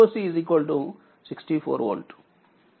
నన్ను శుభ్రం చేయనివ్వండి